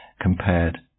compared